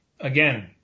again